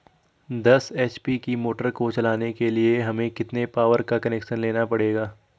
दस एच.पी की मोटर को चलाने के लिए हमें कितने पावर का कनेक्शन लेना पड़ेगा?